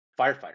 firefighter